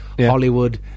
Hollywood